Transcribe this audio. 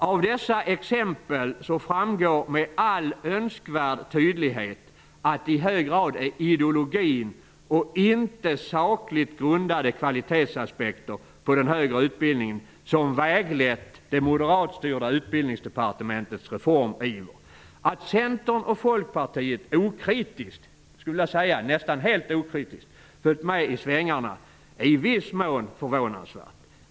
Av dessa exempel framgår med all önskvärd tydlighet att det i hög grad är ideologi och inte sakligt grundade kvalitetsaspekter som väglett det moderatstyrda utbildningsdepartementets reformiver vad gäller den högre utbildningen. Att Centern och Folkpartiet nästan helt okritiskt följt med i svängarna är i viss mån förvånansvärt.